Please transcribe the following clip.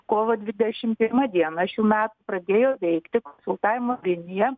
kovo dvidešimt pirmą dieną šių metų pradėjo veikti konsultavimo linija